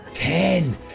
Ten